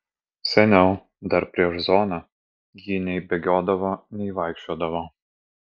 seniau dar prieš zoną ji nei bėgiodavo nei vaikščiodavo